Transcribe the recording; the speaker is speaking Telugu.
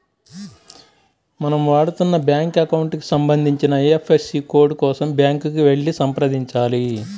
మనం వాడుతున్న బ్యాంకు అకౌంట్ కి సంబంధించిన ఐ.ఎఫ్.ఎస్.సి కోడ్ కోసం బ్యాంకుకి వెళ్లి సంప్రదించాలి